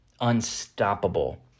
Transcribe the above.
unstoppable